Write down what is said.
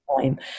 time